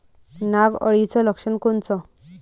नाग अळीचं लक्षण कोनचं?